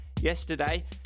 yesterday